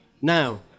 Now